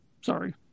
Sorry